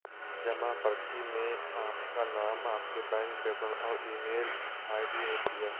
जमा पर्ची में आपका नाम, आपके बैंक विवरण और ईमेल आई.डी होती है